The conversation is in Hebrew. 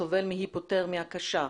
סובל מהיפותרמיה קשה.